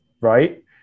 right